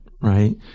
right